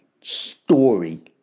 story